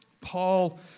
Paul